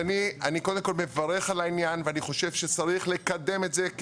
אני קודם כל מברך על העניין ואני חושב שצריך לקדם את זה,